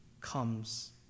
comes